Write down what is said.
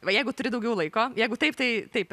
va jeigu turi daugiau laiko jeigu taip tai taip ir